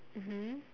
mmhmm